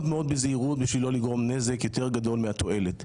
מאוד בזהירות כדי לא לגרום נזק יותר גדול מהתועלת.